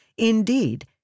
Indeed